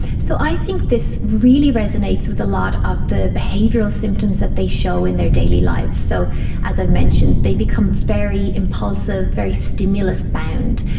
so i think this really resonates with a lot of the behavioural symptoms that they show in their daily lives. so as i've mentioned, they become very impulsive, very stimulus bound,